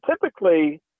typically